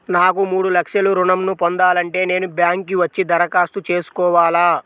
నాకు మూడు లక్షలు ఋణం ను పొందాలంటే నేను బ్యాంక్కి వచ్చి దరఖాస్తు చేసుకోవాలా?